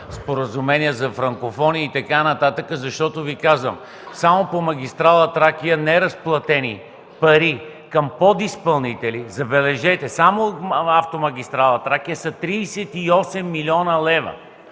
споразумението за франкофони и така нататък. Казвам Ви – само по магистрала „Тракия” неразплатените пари към подизпълнители, забележете, само за автомагистрала „Тракия”, са 38 милиона лева!